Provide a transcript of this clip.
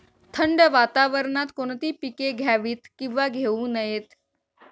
थंड वातावरणात कोणती पिके घ्यावीत? किंवा घेऊ नयेत?